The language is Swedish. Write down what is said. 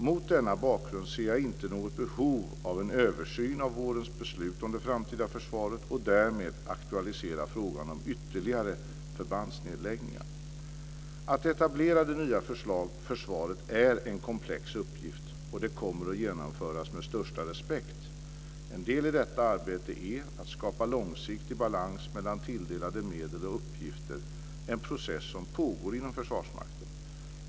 Mot denna bakgrund ser jag inte något behov av en översyn av vårens beslut om det framtida försvaret och därmed att aktualisera frågan om ytterligare förbandsnedläggningar. Att etablera det nya försvaret är en komplex uppgift och kommer att genomföras med största respekt. En del i detta arbete är att skapa långsiktig balans mellan tilldelade medel och uppgifter, en process som pågår inom Försvarsmakten.